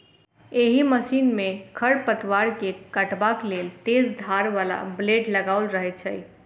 एहि मशीन मे खढ़ पतवार के काटबाक लेल तेज धार बला ब्लेड लगाओल रहैत छै